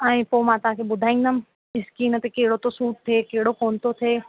ऐं पोइ मां तव्हांखे ॿुधाईंदमि स्किन ते कहिड़ो थो सूट थिए कहिड़ो कोन्ह थो थिए